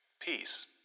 Peace